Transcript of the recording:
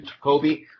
Kobe